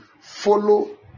follow